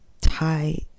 tie